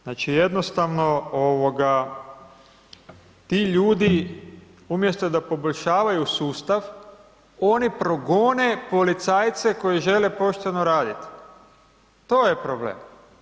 Znači jednostavno, ti ljudi, umjesto da poboljšavaju sustav, oni progone policajce koji žele pošteno raditi, to je probleme.